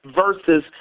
versus